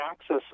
access